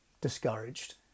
discouraged